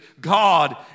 God